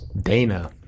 Dana